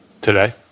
Today